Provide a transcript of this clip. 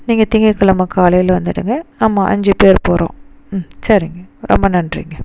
நீங்கள் திங்கள் கெழமை காலையில் வந்துடுங்க ஆமா அஞ்சு பேர் போகிறோம் சரிங்க ரொம்ப நன்றிங்க